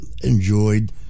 enjoyed